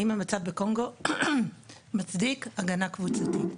האם המצב בקונגו מצדיק הגנה קבוצתית,